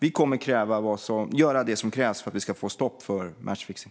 Vi kommer att göra det som krävs för att vi ska få stopp på matchfixning.